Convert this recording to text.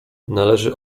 należy